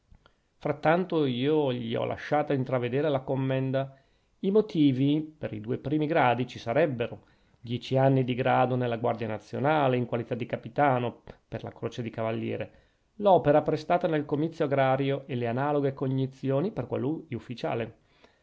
l'italia frattanto io gli ho lasciata intravvedere la commenda i motivi per i due primi gradi ci sarebbero dieci anni di grado nella guardia nazionale in qualità di capitano per la croce di cavaliere l'opera prestata nel comizio agrario e le analoghe cognizioni per quello di ufficiale